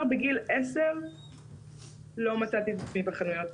בגיל 10 לא מצאתי את עצמי בחנויות,